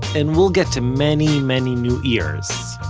and we'll get to many many new ears.